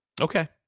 Okay